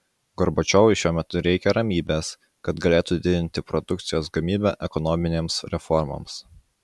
gorbačiovui šiuo metu reikia ramybės kad galėtų didinti produkcijos gamybą ekonominėms reformoms